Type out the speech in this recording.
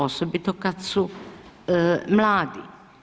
Osobito kad su mladi.